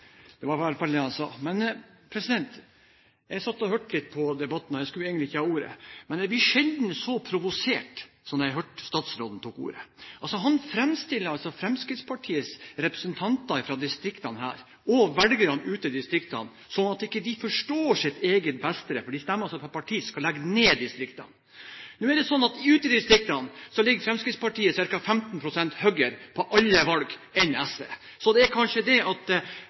Det var i hvert fall det han sa. Jeg satt og hørte på debatten, og jeg skulle egentlig ikke ta ordet. Men jeg har sjelden blitt så provosert som da jeg hørte statsråden. Han fremstiller her Fremskrittspartiets representanter fra distriktene og velgerne ute i distriktene som om de ikke forstår sitt eget beste, for de stemmer på et parti som skal legge ned distriktene! Nå er det slik at ute i distriktene ligger Fremskrittspartiet ca. 15 pst. høyere enn SV ved alle valg. Det er kanskje fordi velgerne ute i distriktene har forstått at det